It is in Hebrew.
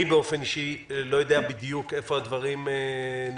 אני באופן אישי לא יודע בדיוק איפה הדברים נמצאים.